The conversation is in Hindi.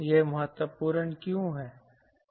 यह महत्वपूर्ण क्यों है